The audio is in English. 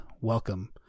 Welcome